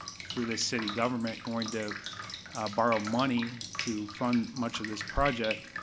through this city government, going to borrow money to fund much of this project,